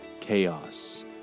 chaos